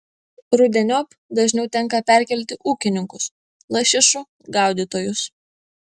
rudeniop dažniau tenka perkelti ūkininkus lašišų gaudytojus